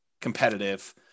competitive